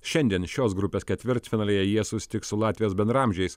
šiandien šios grupės ketvirtfinalyje jie susitiks su latvijos bendraamžiais